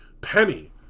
Penny